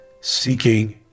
seeking